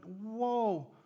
whoa